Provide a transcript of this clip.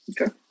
Okay